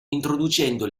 introducendo